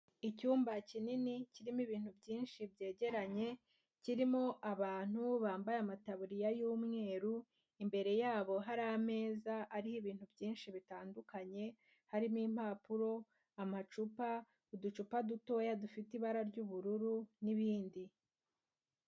Icyumba kinini kirimo ibintu byinshi byegeranye, kirimo abantu bambaye amataburiya y'umweru, imbere yabo hari ameza ariho ibintu byinshi bitandukanye harimo impapuro, amacupa, uducupa dutoya dufite ibara ry'ubururu n'ibindi.